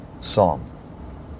Psalm